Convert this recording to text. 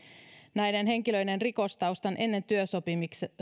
näiden henkilöiden rikostaustan ennen työsopimuksen